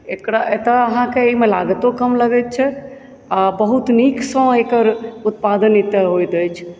एकरा एतय अहाँके एहिमे लागतो कम लगैत छै आओर बहुत नीकसँ एकर उत्पादन एतय होइत अछि